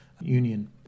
Union